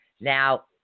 Now